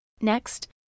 Next